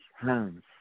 hands